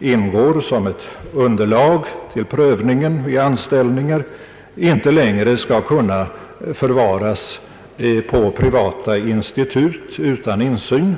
ingår som ett underlag i prövningen vid anställningar inte längre skall kunna förvaras på privata institut utan insyn.